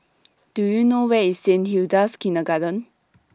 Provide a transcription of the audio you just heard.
Do YOU know Where IS Saint Hilda's Kindergarten